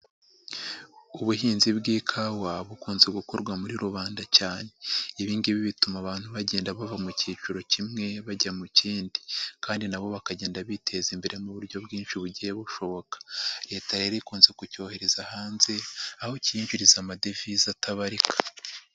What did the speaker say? Ubuhinzi bw'ikawa bukunze gukorwa muri rubanda cyane, ibi ngibi bituma abantu bagenda bava mu kiciro kimwe bajya mu kindi kandi na bo bakagenda biteza imbere mu buryo bwinshi bugiye bushoboka. Leta yari ikunze kucyohereza hanze aho kiyinjiriza amadevize atabarika.